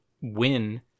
win